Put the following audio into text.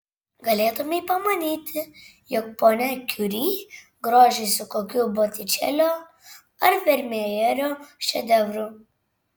galėtumei pamanyti jog ponia kiuri grožisi kokiu botičelio ar vermejerio šedevru